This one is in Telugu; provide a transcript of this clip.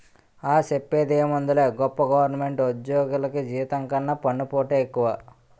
ఆ, సెప్పేందుకేముందిలే గొప్ప గవరమెంటు ఉజ్జోగులికి జీతం కన్నా పన్నుపోటే ఎక్కువ